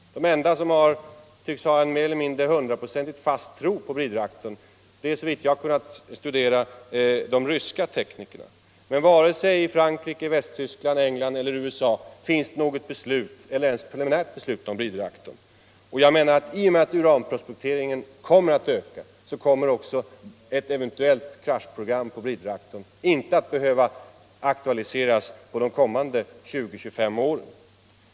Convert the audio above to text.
De enda som tycks ha en hundraprocentig fast tro på bridreaktorn är — såvitt jag har kunnat studera — de ryska teknikerna. Vare sig i Frankrike, Västtyskland, Eng land eller USA finns det ens något preliminärt beslut om bridreaktorn. I och med att uranprospekteringen kommer att öka så kommer också ett eventuellt kraschprogram på bridreaktorn inte att behöva aktualiseras under de kommande 20 eller 25 åren.